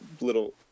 little